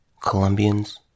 Colombians